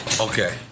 Okay